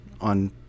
on